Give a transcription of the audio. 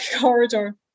corridor